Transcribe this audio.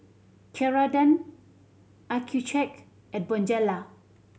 Ceradan Accucheck and Bonjela